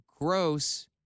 gross